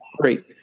great